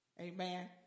Amen